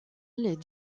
les